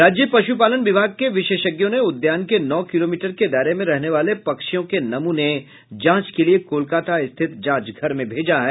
राज्य पशुपालन विभाग के विशेषज्ञों ने उद्यान के नौ किलोमीटर के दायरे में रहने वाले पक्षियों के नमूने जांच के लिए कोलकाता स्थित जांच घर में भेजा है